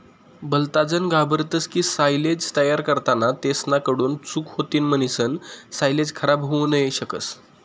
भलताजन घाबरतस की सायलेज तयार करताना तेसना कडून चूक होतीन म्हणीसन सायलेज खराब होवू शकस